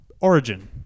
origin